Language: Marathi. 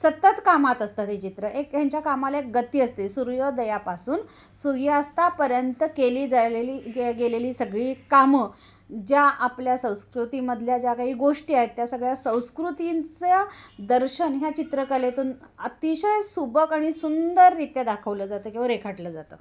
सतत कामात असतात हे चित्र एक ह्यांच्या कामाला एक गती असते सूर्योदयापासून सूर्यास्तापर्यंत केली जालेली ग गेलेली सगळी कामं ज्या आपल्या संस्कृतीमधल्या ज्या काही गोष्टी आहेत त्या सगळ्या संस्कृतींचं दर्शन ह्या चित्रकलेतून अतिशय सुबक आणि सुंदरित्या दाखवलं जातं किंवा रेखाटलं जातं